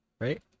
right